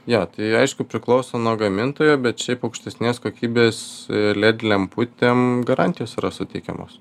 jo tai aišku priklauso nuo gamintojo bet šiaip aukštesnės kokybės led lemputėm garantijos yra suteikiamos